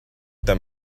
them